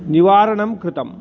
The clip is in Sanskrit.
निवारणं कृतम्